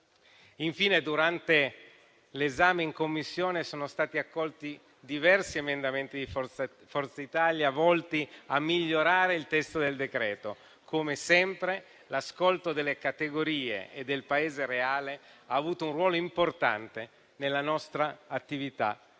Infine, durante l'esame in Commissione sono stati accolti diversi emendamenti di Forza Italia volti a migliorare il testo del provvedimento: come sempre, l'ascolto delle categorie e del Paese reale ha avuto un ruolo importante nella nostra attività emendativa.